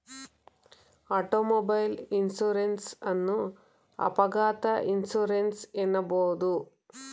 automobile insurance ಅನ್ನು ಅಪಘಾತ insurance ಎನ್ನಬಹುದು